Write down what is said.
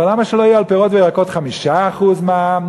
אבל למה שלא יהיו על פירות וירקות 5% מע"מ,